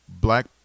black